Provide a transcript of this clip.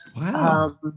Wow